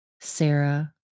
Sarah